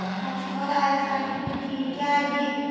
پَتہٕ چھُ خۄدایَس تانۍ کِیُتھ دِی کیاہ دِی